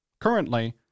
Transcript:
currently